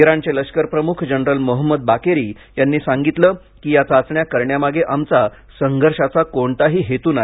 इराणचे लष्करप्रमुख general Mohammad Bagheri यांनी सांगितलं की या चाचण्या करण्यामागे आमचा संघर्षाचा कोणताही हेतू नाही